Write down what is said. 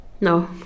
No